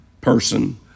person